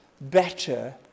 better